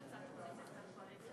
בבקשה, חברת הכנסת ציפי לבני.